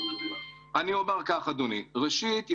ראשית,